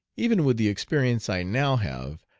even with the experience i now have,